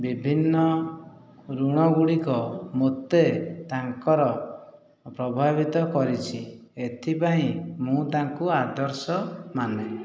ବିଭିନ୍ନ ଋଣ ଗୁଡ଼ିକ ମୋତେ ତାଙ୍କର ପ୍ରଭାବିତ କରିଛି ଏଥିପାଇଁ ମୁଁ ତାଙ୍କୁ ଆଦର୍ଶ ମାନେ